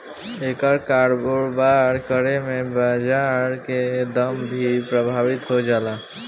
एकर कारोबार करे में बाजार के दाम भी प्रभावित हो जाला